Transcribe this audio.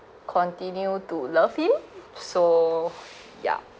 continue to love him so ya